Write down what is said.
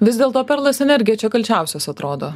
vis dėl to perlas energija čia kalčiausias atrodo